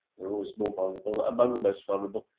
there are always more vulnerable, among the most vulnerable,